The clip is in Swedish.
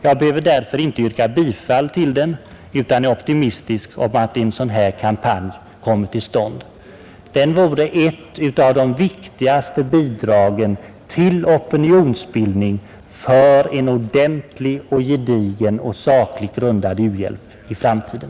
Jag behöver därför inte yrka bifall till motionen utan är optimistisk om att en sådan här kampanj kommer till stånd. Den vore ett av de viktigaste bidragen till opinionsbildningen för en ordentligt tilltagen, gedigen och sakligt grundad u-hjälp i framtiden.